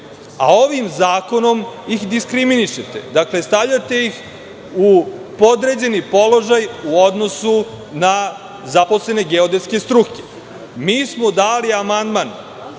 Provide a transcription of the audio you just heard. A ovim zakonom ih diskriminišete, stavljate ih u podređeni položaj u odnosu na zaposlene geodetske struke. Mi smo dali amandman